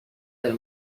del